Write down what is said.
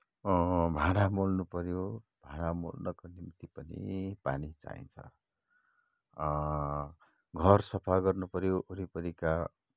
भाँडा मोल्नुपऱ्यो भाँडा मोल्नको निम्ति पनि पानी चाहिन्छ घर सफा गर्नुपऱ्यो वरिपरिका